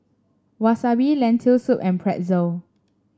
Wasabi Lentil Soup and Pretzel